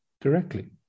directly